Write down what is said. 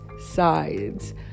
sides